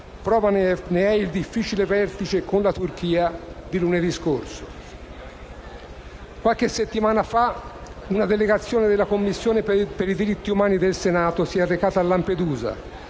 Prova ne è il difficile vertice con la Turchia di lunedì scorso. Qualche settimana fa, una delegazione della Commissione per i diritti umani del Senato si è recata a Lampedusa,